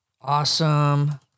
awesome